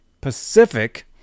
Pacific